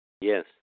Yes